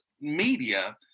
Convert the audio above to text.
media